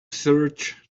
search